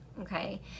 okay